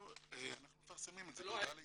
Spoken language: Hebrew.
אנחנו מפרסמים את זה בהודעה לעיתונות.